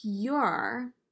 Pure